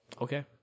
Okay